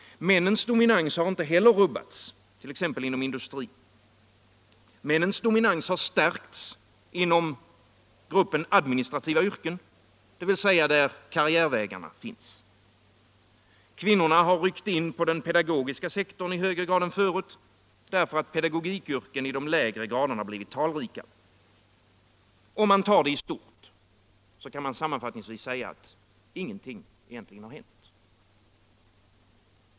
Männens dominans har inte heller rubbats, t.ex. inom industrin. Männens dominans har stärkts inom gruppen administrativa yrken — dvs. där karriärvägarna finns. Kvinnorna har ryckt in på den pedagogiska sektorn i större utsträckning än förut — därför att pedagogyrken i de lägre graderna blivit talrikare. Om man tar det i stort kan man sammanfattningsvis säga att ingenting egentligen har hänt när det gäller yrkessegregeringen.